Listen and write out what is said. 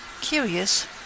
Curious